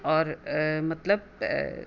आओर मतलब